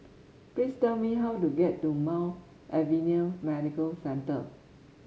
please tell me how to get to Mount Alvernia Medical Centre